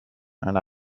and